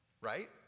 right